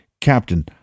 Captain